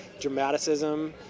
dramaticism